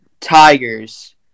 Tigers